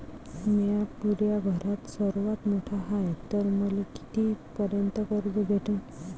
म्या पुऱ्या घरात सर्वांत मोठा हाय तर मले किती पर्यंत कर्ज भेटन?